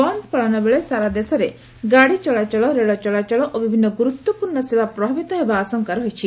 ବନ୍ ପାଳନ ବେଳେ ସାରା ଦେଶରେ ଗାଡି ଚଳାଚଳ ରେଳଚଳାଚଳ ଓ ବିଭିନ୍ନ ଗୁରୁତ୍ୱପୂର୍ଣ୍ଣ ସେବା ପ୍ରଭାବିତ ହେବା ଆଶଙ୍କା ରହିଛି